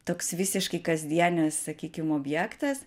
toks visiškai kasdienis sakykim objektas